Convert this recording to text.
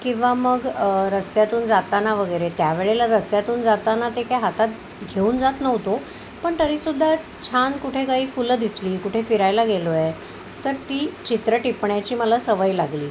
किंवा मग रस्त्यातून जाताना वगैरे त्या वेळेला रस्त्यातून जाताना ते काय हातात घेऊन जात नव्हतो पण तरी सुद्धा छान कुठे काही फुलं दिसली कुठे फिरायला गेलो आहे तर ती चित्र टिपण्याची मला सवय लागली